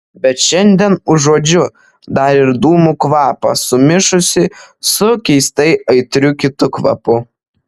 bet šiandien užuodžiu dar ir dūmų kvapą sumišusį su keistai aitriu kitu kvapu